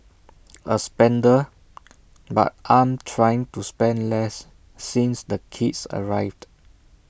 A spender but I'm trying to spend less since the kids arrived